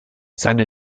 seine